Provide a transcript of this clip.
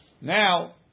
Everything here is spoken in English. Now